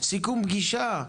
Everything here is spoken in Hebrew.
סיכום פגישה,